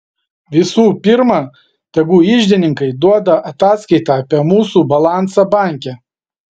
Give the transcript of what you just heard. visų pirma tegu iždininkai duoda ataskaitą apie mūsų balansą banke